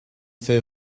faoi